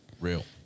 real